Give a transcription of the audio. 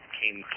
came